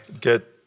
get